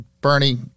Bernie